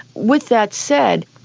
with that said,